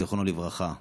זיכרונו לברכה.